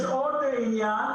יש עוד ראייה,